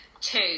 two